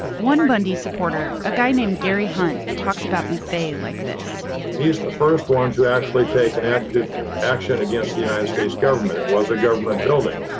one bundy supporter, a guy named gary hunt, talks about mcveigh like this he's the first one to actually take an active action against the united states government. it was a government building,